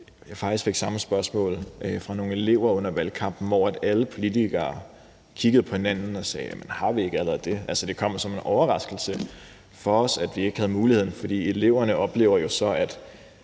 fik samme spørgsmål fra nogle elever under valgkampen, hvor alle politikere kiggede på hinanden og sagde: Har vi ikke allerede det? Altså, det kom som en overraskelse for os, at vi ikke havde muligheden. Eleverne oplever jo så, at